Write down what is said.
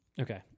Okay